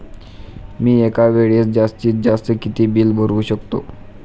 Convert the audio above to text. मी एका वेळेस जास्तीत जास्त किती बिल भरू शकतो?